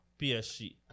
PSG